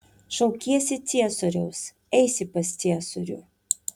šaukiesi ciesoriaus eisi pas ciesorių